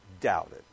doubted